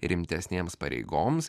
rimtesnėms pareigoms